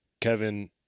Kevin